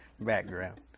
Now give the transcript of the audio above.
background